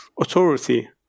authority